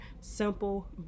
simple